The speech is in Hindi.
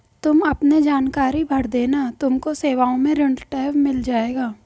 तुम अपने जानकारी भर देना तुमको सेवाओं में ऋण टैब मिल जाएगा